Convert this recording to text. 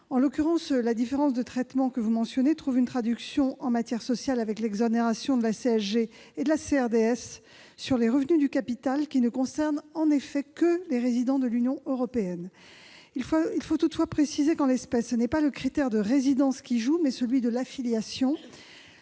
En l'occurrence, la différence de traitement que vous mentionnez trouve une traduction en matière sociale avec l'exonération de la CSG et de la CRDS sur les revenus du capital, qui ne concerne en effet que les résidents de l'Union européenne. Il faut toutefois préciser que, en l'espèce, c'est non pas le critère de résidence qui joue, mais celui de l'affiliation.